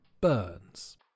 burns